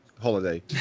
holiday